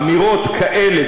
אמירות כאלה,